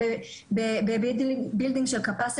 שונים שהיו בנהריה בפרט ובגליל המערבי בכלל,